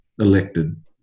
elected